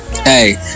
Hey